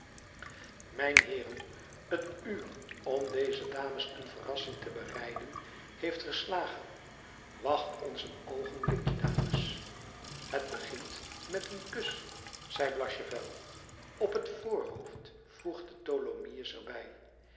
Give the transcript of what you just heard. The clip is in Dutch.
mijnheeren t uur om deze dames een verrassing te bereiden heeft geslagen wacht ons een oogenblikje dames het begint met een kus zei blachevelle op het voorhoofd voegde tholomyès er